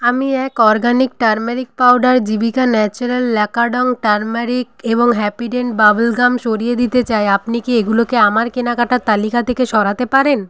আমি এক organic turmeric powder Jivika natural Lakadong turmeric এবং হ্যাপিডেন্ট বাবল গাম সরিয়ে দিতে চাই আপনি কি এগুলোকে আমার কেনাকাটার তালিকা থেকে সরাতে পারেন